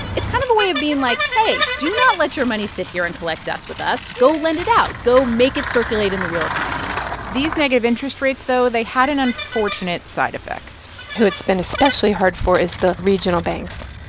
it's kind of a way of being like hey, do not let your money sit here and collect us with us. go lend it out go make it circulate in the real economy these negative interest rates, though, they had an unfortunate side effect who it's been especially hard for is the regional banks,